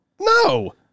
No